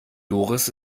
doris